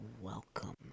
welcome